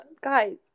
guys